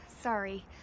Sorry